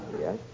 Yes